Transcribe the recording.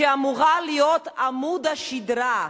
שאמורה להיות עמוד השדרה,